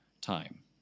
time